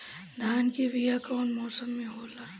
धान के बीया कौन मौसम में होला?